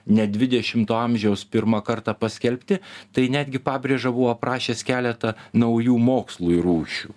ne dvidešimto amžiaus pirmą kartą paskelbti tai netgi pabrėža buvo aprašęs keletą naujų mokslui rūšių